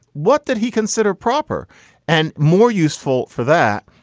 what did he consider proper and more useful for that?